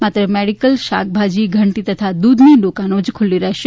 માત્ર મેડીકલ શાકભાજી ઘંટી તથા દૂધની દુકાનો જ ખૂલ્લી રહેશે